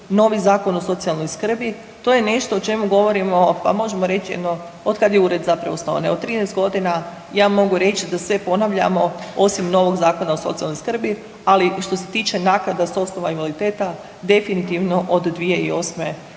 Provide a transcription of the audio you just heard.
novi Zakon o socijalnoj skrbi. To je nešto o čemu govorimo pa možemo reći jedno, od kad je ured zapravo osnovan, evo 13 godina ja mogu reći da sve ponavljamo osim novog Zakona o socijalnoj skrbi, ali što se tiče naknada s osnova invaliditeta definitivno od 2008. godine.